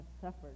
suffered